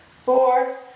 four